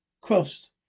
crossed